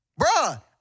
Bruh